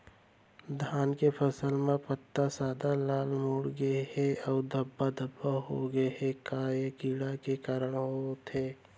धान के फसल म पत्ता सादा, लाल, मुड़ गे हे अऊ धब्बा धब्बा होगे हे, ए का कीड़ा के कारण होय हे?